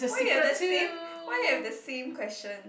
why you have the same why you have the same question